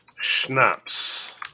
schnapps